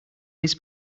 his